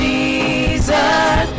Jesus